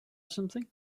something